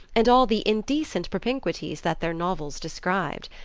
and all the indecent propinquities that their novels described.